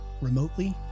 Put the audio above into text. remotely